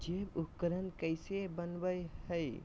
जैव उर्वरक कैसे वनवय हैय?